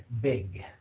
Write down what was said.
big